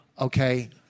okay